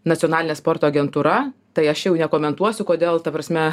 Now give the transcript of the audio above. nacionalinė sporto agentūra tai aš jau nekomentuosiu kodėl ta prasme